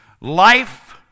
Life